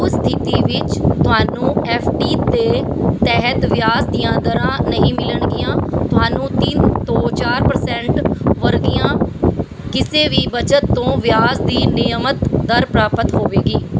ਉਸ ਸਥਿਤੀ ਵਿੱਚ ਤੁਹਾਨੂੰ ਐੱਫ਼ ਡੀ ਦੇ ਤਹਿਤ ਵਿਆਜ ਦੀਆਂ ਦਰਾਂ ਨਹੀਂ ਮਿਲਣਗੀਆਂ ਤੁਹਾਨੂੰ ਤਿੰਨ ਤੋਂ ਚਾਰ ਪਰ੍ਸੇਨ੍ਟ ਵਰਗੀਆਂ ਕਿਸੇ ਵੀ ਬਚਤ ਤੋਂ ਵਿਆਜ ਦੀ ਨਿਯਮਤ ਦਰ ਪ੍ਰਾਪਤ ਹੋਵੇਗੀ